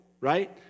Right